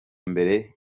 mbere